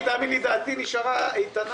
האמן לי, דעתי נשארה איתנה.